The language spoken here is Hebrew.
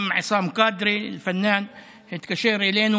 וגם עסאם קאדרי התקשר אלינו.